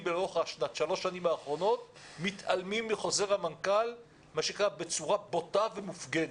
לאורך שלוש השנים האחרונות שמתעלמים מחוזר המנכ"ל בצורה בוטה ומופגנת.